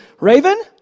raven